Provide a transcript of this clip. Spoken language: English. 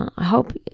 i hope.